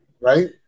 Right